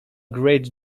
great